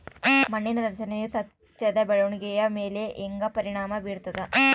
ಮಣ್ಣಿನ ರಚನೆಯು ಸಸ್ಯದ ಬೆಳವಣಿಗೆಯ ಮೇಲೆ ಹೆಂಗ ಪರಿಣಾಮ ಬೇರ್ತದ?